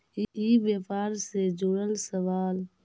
ई व्यापार से जुड़ल सवाल?